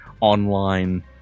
online